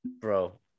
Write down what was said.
Bro